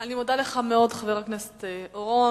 אני מודה לך מאוד, חבר הכנסת אורון.